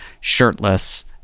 shirtless